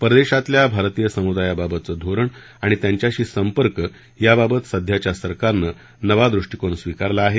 परदेशातल्या भारतीय समुदायाबाबतचं धोरण आणि त्यांच्याशी संपर्क याबाबत सध्याच्या सरकारनं नवा द्रष्टीकोन स्वीकारला आहे